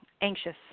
anxious